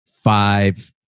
five